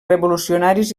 revolucionaris